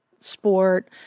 sport